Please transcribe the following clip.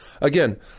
again